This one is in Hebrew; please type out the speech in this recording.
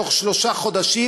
בתוך שלושה חודשים,